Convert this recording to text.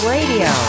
Radio